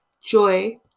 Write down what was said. joy